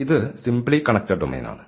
ഇത് simply connected domain ആണ്